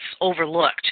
overlooked